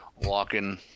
walking